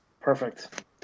Perfect